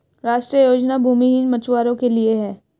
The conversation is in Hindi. राष्ट्रीय योजना भूमिहीन मछुवारो के लिए है